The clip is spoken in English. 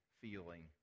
feeling